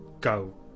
go